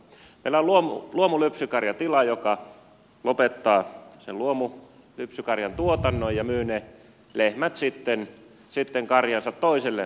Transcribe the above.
meillä on luomulypsykarjatila joka lopettaa sen luomulypsykarjan tuotannon ja myy ne lehmät karjansa sitten toiselle luomulypsykarjatilalle